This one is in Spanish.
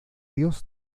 dios